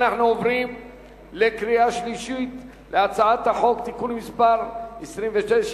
אנחנו עוברים לקריאה שלישית של הצעת חוק הכנסת (תיקון מס' 27),